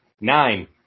Nine